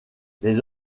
les